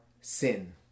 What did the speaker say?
sin